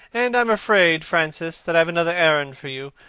and i am afraid, francis, that i have another errand for you.